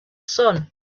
sun